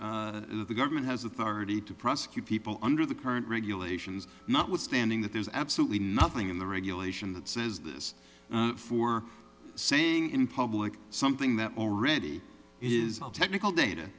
the government has authority to prosecute people under the current regulations notwithstanding that there's absolutely nothing in the regulation that says this for saying in public something that already is all technical data